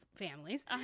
families